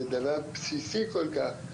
זה דבר בסיסי כל כך,